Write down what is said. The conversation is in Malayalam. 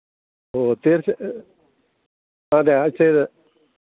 ഓ തീർച്ച അതെ ആഴ്ചയിൽ